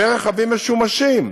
ורכבים משומשים,